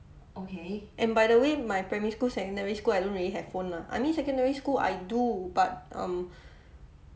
and by the way my primary school secondary school I don't really have phone lah I mean secondary school I do but um